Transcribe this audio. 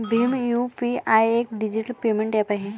Bhim UPI एक digital payment app आहे